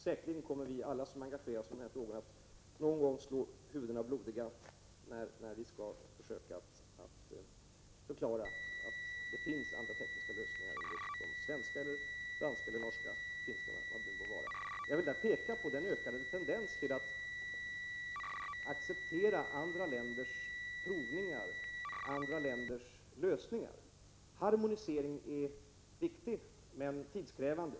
Säkerligen kommer alla vi som engagerar oss i den här frågan att någon gång slå pannan blodig när vi skall försöka förklara att det finns andra tekniska lösningar än just de svenska, danska, norska, finska eller vilka det kan gälla. Jag vill i det här sammanhanget peka på den ökade tendensen till att acceptera andra länders provningar, andra länders lösningar. En harmonisering är viktig, men tidskrävande.